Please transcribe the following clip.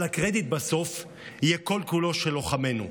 אבל הקרדיט בסוף יהיה כל-כולו של לוחמינו.